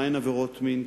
מהן עבירות מין,